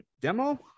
demo